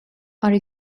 are